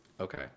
Okay